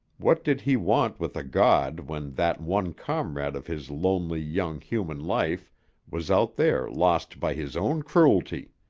what did he want with a god when that one comrade of his lonely, young, human life was out there lost by his own cruelty!